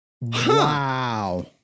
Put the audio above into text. Wow